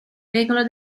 regole